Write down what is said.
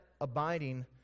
abiding